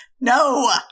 no